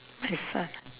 my son